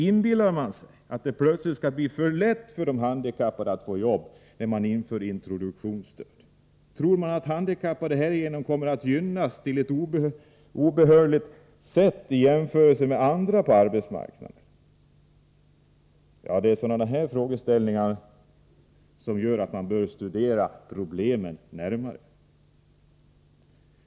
Inbillar man sig att det plötsligt skall bli för lätt för de handikappade att få arbete, när man inför introduktionsstöd? Tror man att de handikappade härigenom kommer att gynnas på ett otillbörligt sätt i jämförelse med andra på arbetsmarknaden? Det är sådana här frågeställningar som gör att man bör studera problemen närmare.